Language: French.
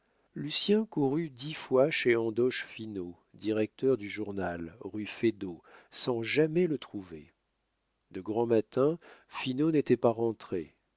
lucien courut dix fois chez andoche finot directeur du journal rue feydeau sans jamais le trouver de grand matin finot n'était pas rentré